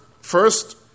first